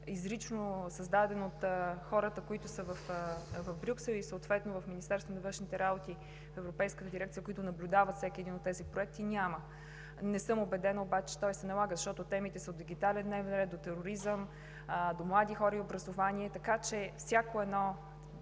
изрично създаден от хората, които са в Брюксел и съответно в Министерството на външните работи – в Европейската дирекция, които наблюдават всеки един от тези проекти, няма. Не съм убедена обаче, че той се налага, защото темите са от „Дигитален дневен ред“ до „Тероризъм“, до „Млади хора и образование“, тъй като